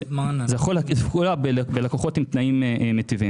זה יכול לפגוע בלקוחות עם תנאים מיטיבים.